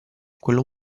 quella